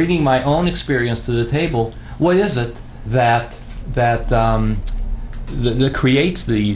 reading my own experience to the table what is it that that the creates the